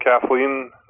Kathleen